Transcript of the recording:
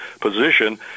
position